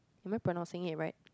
am I pronouncing it right